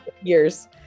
years